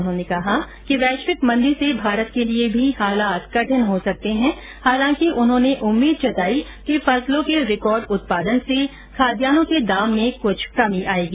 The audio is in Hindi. उन्होंने कहा कि वैश्विक मंदी से भारत के लिए भी हालात कठिन हो सकते हैं हालांकि उन्होंने उम्मीद जताई कि फसलों के रिकॉर्ड उत्पादन से खाद्यान्नों के दाम में कुछ कमी आएगी